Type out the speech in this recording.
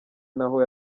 naho